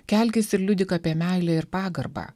kelkis ir liudyk apie meilę ir pagarbą